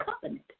covenant